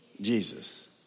Jesus